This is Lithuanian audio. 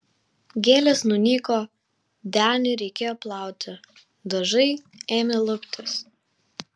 gėlės nunyko denį reikėjo plauti dažai ėmė luptis